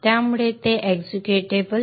त्यामुळे ते executable executable